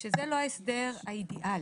שזה לא ההסדר האידיאלי.